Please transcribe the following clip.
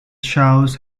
shells